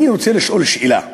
אני רוצה לשאול שאלה הגיונית: